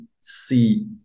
see